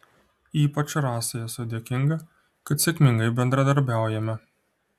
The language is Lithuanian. ypač rasai esu dėkinga kad sėkmingai bendradarbiaujame